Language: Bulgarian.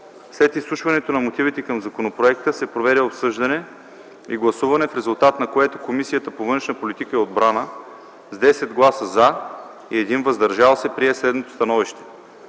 След изслушването на мотивите към законопроекта се проведе обсъждане и гласуване, в резултат на което Комисията по външна политика и отбрана с 10 гласа „за” и 1 глас „въздържал се” прие следното становище: